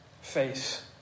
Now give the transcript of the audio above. face